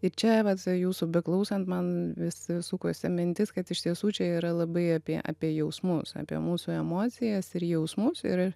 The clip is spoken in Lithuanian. ir čia vat jūsų beklausant man vis sukosi mintis kad iš tiesų čia yra labai apie apie jausmus apie mūsų emocijas ir jausmus ir